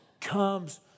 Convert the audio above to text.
comes